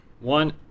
One